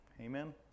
Amen